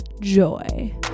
joy